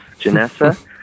Janessa